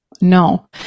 no